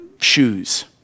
shoes